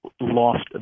lost